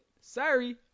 Sorry